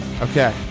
okay